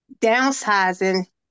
downsizing